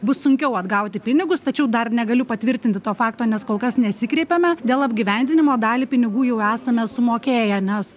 bus sunkiau atgauti pinigus tačiau dar negaliu patvirtinti to fakto nes kol kas nesikreipėme dėl apgyvendinimo dalį pinigų jau esame sumokėję nes